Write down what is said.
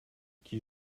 qui